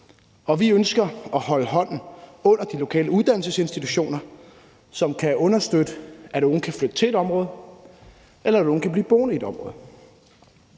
og vi ønsker at holde hånden under de lokale uddannelsesinstitutioner, som kan understøtte, at nogle kan flytte til et område, eller at nogle kan blive boende i et område.